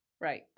Right